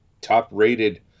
top-rated